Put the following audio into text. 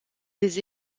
des